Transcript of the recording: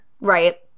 Right